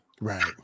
Right